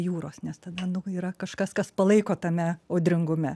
jūros nes tada nu yra kažkas kas palaiko tame audringume